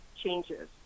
changes